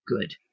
good